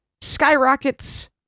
Skyrockets